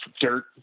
dirt